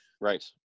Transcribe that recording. Right